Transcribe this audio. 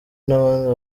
n’abandi